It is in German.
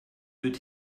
wird